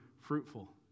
fruitful